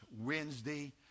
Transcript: Wednesday